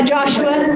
Joshua